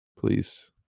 please